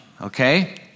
Okay